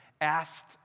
asked